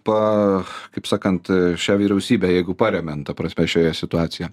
pa kaip sakant šią vyriausybę jeigu paremiant ta prasme šioje situacijoje